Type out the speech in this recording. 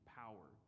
power